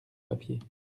papiers